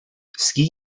ski